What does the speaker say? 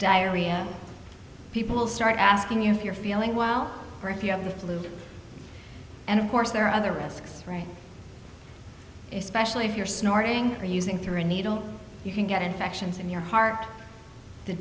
diarrhea people will start asking you if you're feeling well or if you have the flu and of course there are other risks especially if you're snorting or using through a needle you can get infections in your heart the